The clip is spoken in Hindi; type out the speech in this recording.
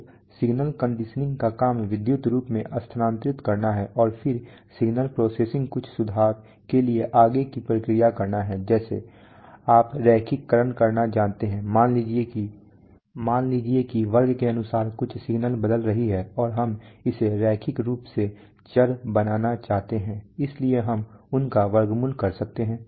तो सिग्नल कंडीशनिंग का काम विद्युत रूप में स्थानांतरित करना है और फिर सिग्नल प्रोसेसिंग का काम आगे की प्रक्रिया में कुछ सुधार करना है जैसे आप रैखिककरण करना जानते हैं मान लीजिए कि वर्ग के अनुसार कुछ सिग्नल बदल रही हैंऔर हम इसे रैखिक रूप से चर बनाना चाहते हैं इसलिए हम उनका वर्गमूल कर सकते हैं